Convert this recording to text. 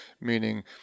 meaning